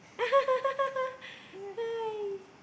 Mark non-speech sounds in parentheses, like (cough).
(laughs)